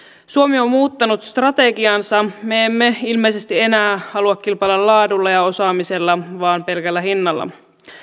suomi on muuttanut strategiansa me emme ilmeisesti enää halua kilpailla laadulla ja osaamisella vaan pelkällä hinnalla